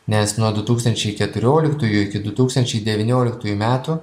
nes nuo du tūkstančiai keturioliktųjų iki du tūkstančiai devynioliktųjų metų